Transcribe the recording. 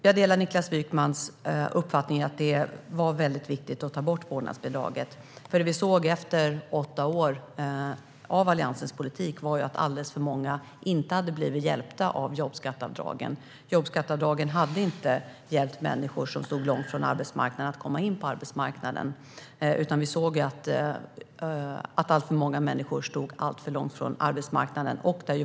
Jag delar Niklas Wykmans uppfattning att det var viktigt att ta bort vårdnadsbidraget. Efter åtta år med Alliansens politik såg vi att alldeles för många inte blev hjälpta av jobbskatteavdragen. Dessa hjälpte inte människor som stod långt ifrån arbetsmarknaden att komma in där, utan vi såg att alltför många människor stod alldeles långt ifrån arbetsmarknaden.